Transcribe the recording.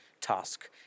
task